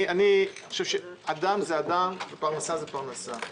אני חושב שאדם זה אדם ופרנסה זה פרנסה.